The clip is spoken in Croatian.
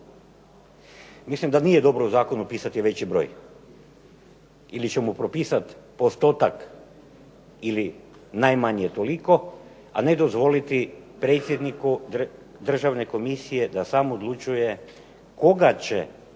Mislim da nije dobro u zakonu pisati veći broj ili ćemo propisati postotak ili najmanje toliko, a ne dozvoliti predsjedniku državne komisije da sam odlučuje koga će